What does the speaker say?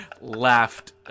laughed